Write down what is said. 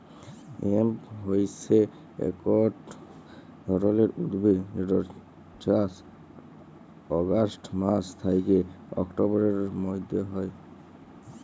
hemp হইসে একট ধরণের উদ্ভিদ যেটর চাস অগাস্ট মাস থ্যাকে অক্টোবরের মধ্য হয়